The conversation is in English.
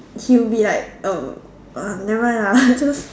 he will be like err uh nevermind lah just